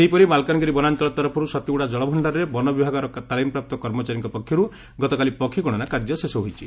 ସେହିପରି ମାଲକାନଗିରି ବନାଞଳ ତରଫରୁ ସତୀଗୁଡ଼ା ଜଳଭଣ୍ଡାରରେ ବନ ବିଭାଗର ତାଳିମପ୍ରାପ୍ତ କର୍ମଚାରୀ ପକ୍ଷର୍ ଗତକାଲି ପକ୍ଷୀଗଣନା କାର୍ଯ୍ୟ ଶେଷ ହୋଇଛି